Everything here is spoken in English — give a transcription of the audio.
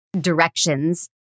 directions